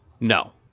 No